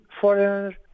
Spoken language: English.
foreign